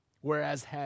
Whereas